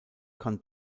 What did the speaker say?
kann